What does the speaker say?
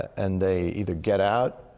and they either get out,